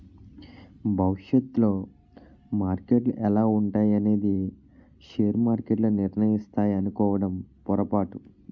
భవిష్యత్తులో మార్కెట్లు ఎలా ఉంటాయి అనేది షేర్ మార్కెట్లు నిర్ణయిస్తాయి అనుకోవడం పొరపాటు